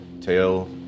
Tail